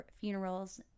funerals